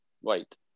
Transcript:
white